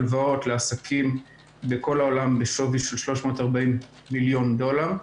על הלוואות לעסקים בכל העולם בשווי של 340 מיליון דולר.